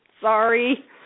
Sorry